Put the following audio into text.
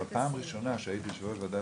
אבל פעם ראשונה שהייתי יושב-ראש הוועדה